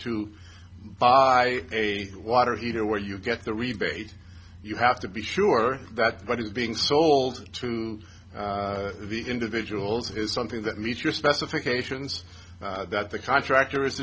to buy a water heater where you get the rebate you have to be sure that what is being sold to the individuals is something that meets your specifications that the contractor